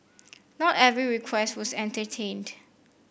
not every request was entertained